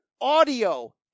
audio